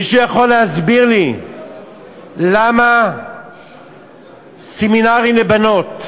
מישהו יכול להסביר לי למה בסמינרים לבנות